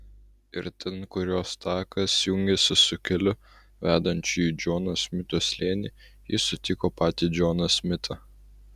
ir ten kur jos takas jungėsi su keliu vedančiu į džono smito slėnį ji sutiko patį džoną smitą